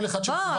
כל אחד ש -- לא,